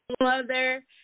mother